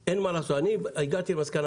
או שמהסגרת